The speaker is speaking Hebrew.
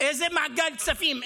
איזה מעגל כספים?